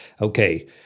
okay